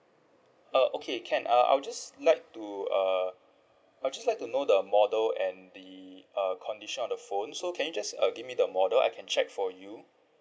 uh okay can uh I'll just like to uh I just like to know the model and the uh condition of the phone so can you just uh give me the model I can check for you